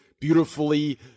beautifully